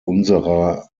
unserer